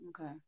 Okay